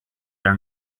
are